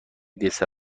دسر